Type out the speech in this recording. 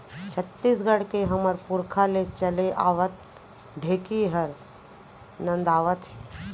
छत्तीसगढ़ के हमर पुरखा ले चले आवत ढेंकी हर नंदावत हे